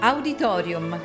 Auditorium